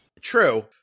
True